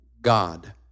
God